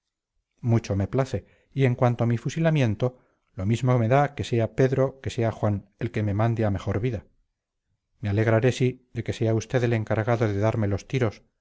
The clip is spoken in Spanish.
mucho me place y en cuanto a mi fusilamiento lo mismo me da que sea pedro que sea juan el que me mande a mejor vida me alegraré sí de que sea usted el encargado de darme los tiros